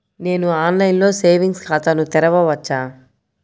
నేను ఆన్లైన్లో సేవింగ్స్ ఖాతాను తెరవవచ్చా?